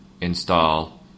install